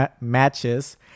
matches